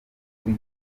kuri